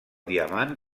diamant